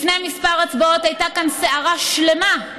לפני כמה הצבעות הייתה כאן סערה שלמה,